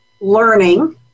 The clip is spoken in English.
learning